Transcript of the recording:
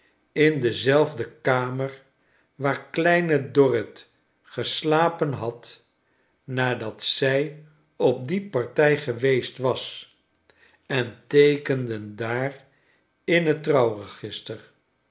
in dezelfde kamer waar kleine dorrit geslapen had nadat zij op die partij geweest was en teekenden daar in het